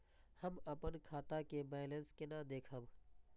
हम अपन खाता के बैलेंस केना देखब?